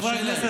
חברי הכנסת,